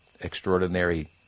extraordinary